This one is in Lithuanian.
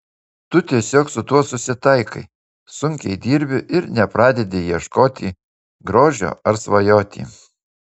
tu tiesiog su tuo susitaikai sunkiai dirbi ir nepradedi ieškoti grožio ar svajoti